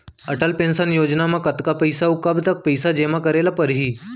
Atal pension योजना म कतका पइसा, अऊ कब तक पइसा जेमा करे ल परही?